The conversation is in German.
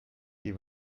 die